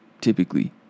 typically